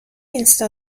اینستا